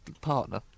partner